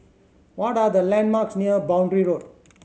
what are the landmarks near Boundary Road